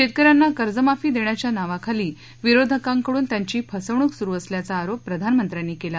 शेतक यांना कर्जमाफी देण्याच्या नावाखाली विरोधकांकडून त्यांची फसवणूक सुरु असल्याचा आरोप प्रधानमंत्र्यांनी केला